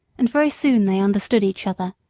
and very soon they understood each other,